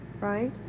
right